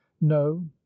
no